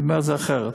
אני אומר את זה אחרת,